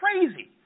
crazy